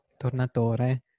Tornatore